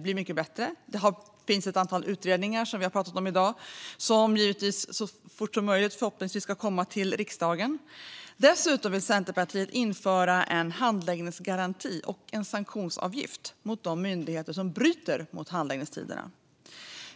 bli mycket bättre. Det finns ett antal utredningar som förhoppningsvis kommer till riksdagen så fort som möjligt. Dessutom vill Centerpartiet införa en handläggningsgaranti och en sanktionsavgift för de myndigheter som bryter mot reglerna för handläggningstiderna.